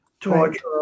torture